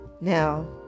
Now